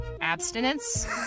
Abstinence